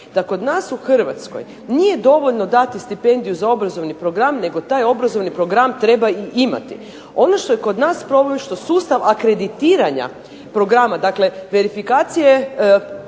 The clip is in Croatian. da kod nas u Hrvatskoj nije dovoljno dati stipendiju za obrazovni program, nego taj obrazovni program treba i imati. Ono što je kod nas problem i što sustav akreditiranja programa, dakle verifikacije davatelja